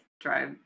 drive